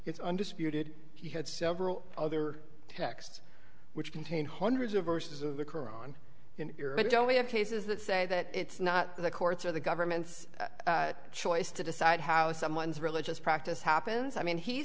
it's undisputed he had several other texts which contain hundreds of verses of the koran but don't we have cases that say that it's not the courts or the governments choice to decide how someone's religious practice happens i mean he